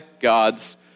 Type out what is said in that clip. God's